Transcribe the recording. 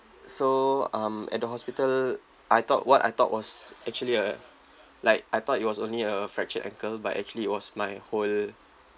so um at the hospital I thought what I thought was actually a like I thought it was only a fractured ankle but actually it was my whole